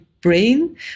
brain